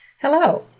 Hello